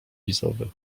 wizytowy